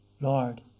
Lord